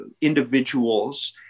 individuals